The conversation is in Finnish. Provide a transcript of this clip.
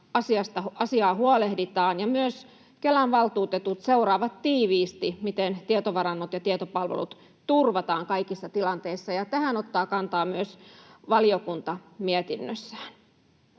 asiasta huolehditaan ja myös Kelan valtuutetut seuraavat tiiviisti, miten tietovarannot ja tietopalvelut turvataan kaikissa tilanteissa. Tähän ottaa kantaa myös valiokunta mietinnössään.